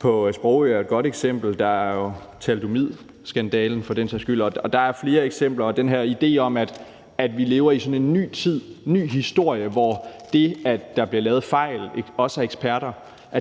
på Sprogø er jo et godt eksempel. Der er thalidomidskandalen, for den sags skyld. Og der er flere eksempler, og den her idé om, at vi lever i sådan en ny tid, en ny historie, hvor det, at der bliver lavet fejl også af eksperter,